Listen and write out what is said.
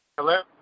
Hello